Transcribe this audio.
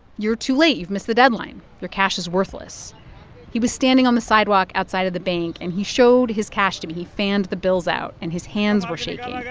you're too late. you've missed the deadline. your cash is worthless he was standing on the sidewalk outside of the bank, and he showed his cash to me. but he fanned the bills out. and his hands were shaking.